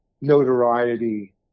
notoriety